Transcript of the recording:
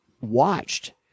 watched